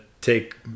take